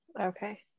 okay